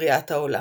לבריאת העולם.